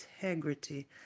integrity